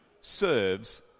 serves